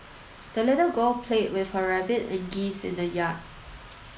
the little girl played with her rabbit and geese in the yard